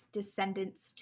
Descendants